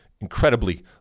incredibly